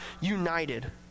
united